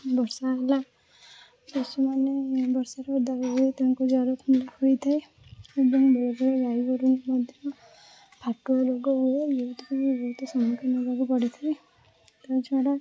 ବର୍ଷା ହେଲା ପଶୁମାନେ ବର୍ଷାରେ ଓଦା ହୋଇଯାଇ ତାଙ୍କୁ ଜ୍ୱର ଥଣ୍ଡା ହୋଇଥାଏ ଏବଂ ବହୁ ଗାଈ ଗୋରୁଙ୍କୁ ମଧ୍ୟ ଫାଟୁଆ ରୋଗ ହୁଏ ଯେଉଁଥିପାଇଁ ଏମିତି ସମ୍ମୁଖୀନ ହେବାକୁ ପଡ଼ିଥାଏ ତା' ଛଡ଼ା